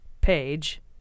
Page